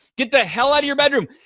get the hell out of your bedroom.